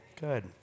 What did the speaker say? Good